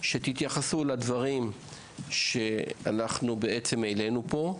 שתתייחסו לדברים שהעלינו פה,